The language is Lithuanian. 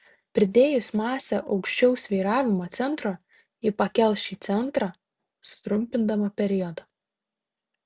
pridėjus masę aukščiau svyravimo centro ji pakels šį centrą sutrumpindama periodą